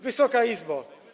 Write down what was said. Wysoka Izbo!